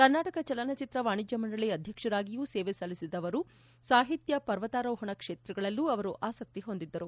ಕರ್ನಾಟಕ ಚಲನಚಿತ್ರ ವಾಣಿಜ್ಯ ಮಂಡಳಿ ಅಧ್ಯಕ್ಷರಾಗಿಯೂ ಸೇವೆ ಸಲ್ಲಿಸಿದ್ದ ಅವರು ಸಾಹಿತ್ಯ ಪರ್ವತಾರೋಹಣ ಕ್ಷೇತ್ರಗಳಲ್ಲೂ ಅವರು ಆಸಕ್ತಿ ಹೊಂದಿದ್ದರು